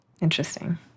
Interesting